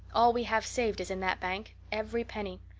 all we have saved is in that bank every penny.